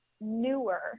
newer